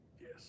Yes